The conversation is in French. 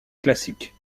classique